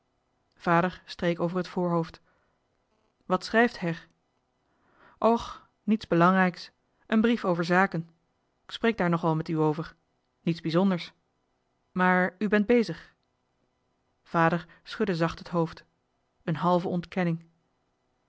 vader streek over het voorhoofd wat schrijft her och niets belangrijks een brief over zaken k spreek daar nog wel met u over niets bijzonders maar u bent bezig vader schudde zacht het hoofd een halve ontkenning